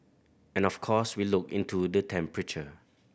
and of course we look into the temperature